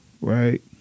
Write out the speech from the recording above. Right